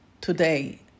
today